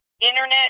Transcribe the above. internet